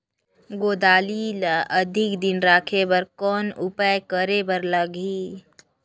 गोंदली ल अधिक दिन राखे बर कौन उपाय करे बर लगही?